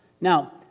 Now